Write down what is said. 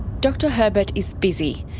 dr herbert is busy.